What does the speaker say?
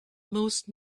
most